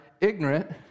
ignorant